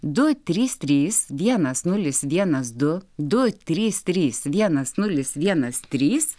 du trys trys vienas nulis vienas du du trys trys vienas nulis vienas trys